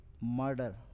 murder